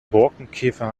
borkenkäfer